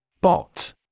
Bot